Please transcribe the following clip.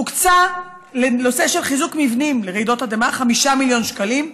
הוקצו לנושא של חיזוק מבנים לרעידות אדמה 5 מיליון שקלים.